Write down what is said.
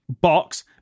box